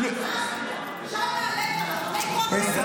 של נעליך --- של